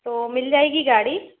तो मिल जाएगी गाड़ी